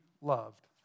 loved